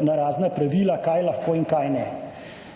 na razna pravila, kaj lahko in kaj ne.